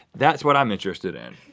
that's what i'm interested in.